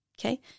Okay